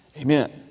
Amen